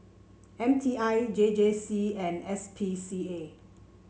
M T I J J C and S P C A